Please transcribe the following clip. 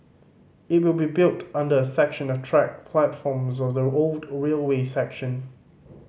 it will be built under a section of track platforms of the old railway section